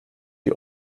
die